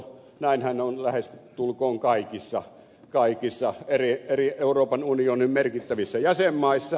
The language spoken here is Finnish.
näinhän on lähestulkoon kaikissa euroopan unionin merkittävissä jäsenmaissa